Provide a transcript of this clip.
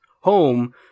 home